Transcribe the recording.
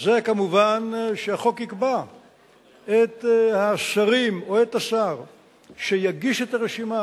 זה כמובן שהחוק יקבע את השרים או את השר שיגיש את הרשימה,